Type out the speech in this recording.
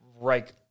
Right